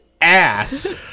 ass